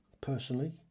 personally